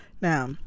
now